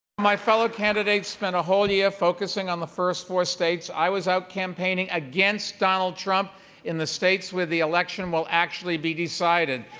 my fellow candidates spent a whole year focusing on the first four states. i was out campaigning against donald trump in the states where the election will actually be decided,